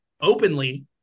openly